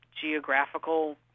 geographical